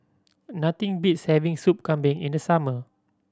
nothing beats having Soup Kambing in the summer